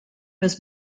was